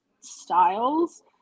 styles